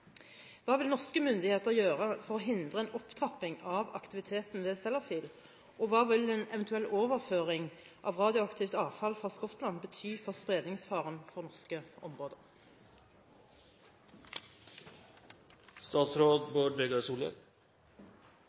Hva vil norske myndigheter gjøre for å hindre en opptrapping av aktiviteten ved Sellafield, og hva vil en eventuell overføring av radioaktivt avfall fra Skottland bety for spredningsfaren for